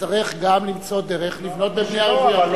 נצטרך גם למצוא דרך בבנייה רוויה.